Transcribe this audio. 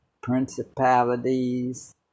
principalities